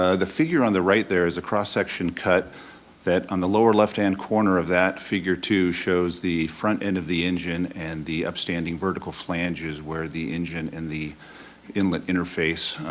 ah the figure on the right there is a cross-section cut that on the lower right hand corner of that, figure two, shows the front end of the engine and the upstanding vertical flanges where the engine and the inlet interface,